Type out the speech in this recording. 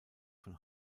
von